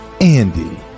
Andy